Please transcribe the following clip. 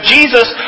Jesus